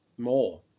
more